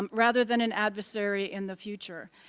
um rather than an adversary in the future.